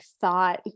thought